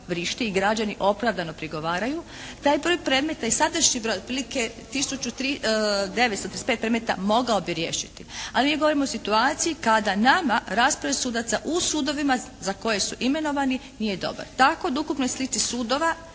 i građani opravdano prigovaraju. Taj broj predmeta i sadašnji broj otprilike tisuću 935 predmeta mogao bi riješiti ali mi govorimo o situaciji kada nama rasprave sudaca u sudovima za koje su imenovani nije dobar, tako da o ukupnoj slici sudova